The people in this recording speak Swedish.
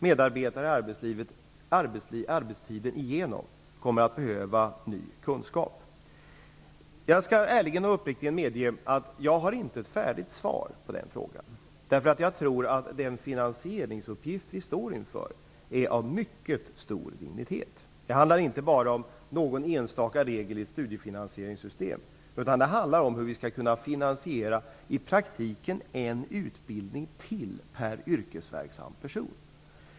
Medarbetare i arbetslivet kommer hela tiden att behöva ny kunskap. Jag skall ärligt och uppriktigt medge att jag inte har ett färdigt svar på den frågan. Jag tror att den finansieringsuppgift vi står inför är av mycket stor dignitet. Det handlar inte bara om någon enstaka regel i ett studiefinansieringssystem. Det handlar om hur vi i praktiken skall kunna finansiera en utbildning till per yrkesverksam person.